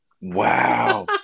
Wow